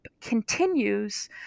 continues